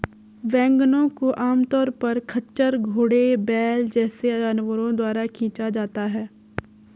वैगनों को आमतौर पर खच्चर, घोड़े, बैल जैसे जानवरों द्वारा खींचा जाता है